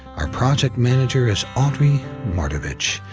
our project manager is audrey mardavich,